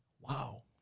Wow